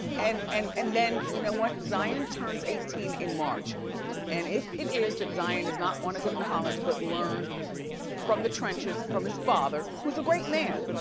and and and then, you know what? zion turns eighteen in march and if it is that zion does not want to go to college but learn from the trenches, from his father, who's a great man.